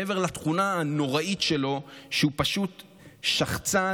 מעבר לתכונה הנוראית שלו שהוא פשוט שחצן,